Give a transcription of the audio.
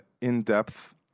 in-depth